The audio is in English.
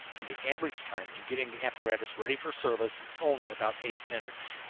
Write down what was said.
and the average time in getting the apparatus ready for service is only about eight minutes.